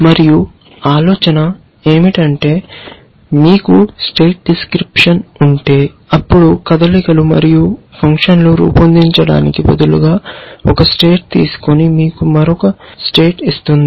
మరియు ఆలోచన ఏమిటంటే మీకు స్టేట్ డిస్క్రిప్షన్ ఉంటే అప్పుడు కదలికలు మరియు ఫంక్షన్లను రూపొందించడానికి బదులుగా ఒక స్టేట్ తీసుకొని మీకు మరొక స్థితిని ఇస్తుంది